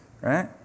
right